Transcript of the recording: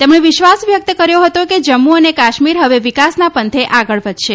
તેમણે વિશ્વાસ વ્યકત કર્યો હતો કે જમ્મુ અને કાશ્મીર હવે વિકાસના પંથે આગળ વધશે